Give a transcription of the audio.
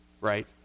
right